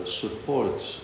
supports